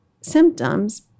symptoms